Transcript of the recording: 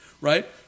right